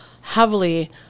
heavily